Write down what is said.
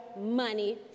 money